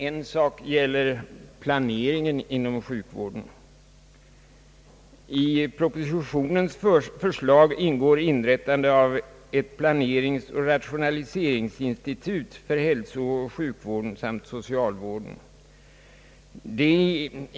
En sak gäller planeringen inom sjukvården. Enligt propositionens förslag skall inrättas ett planeringsoch rationaliseringsinstitut för hälsooch sjukvården samt socialvården.